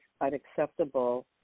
unacceptable